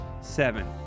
seven